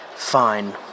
Fine